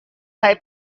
saya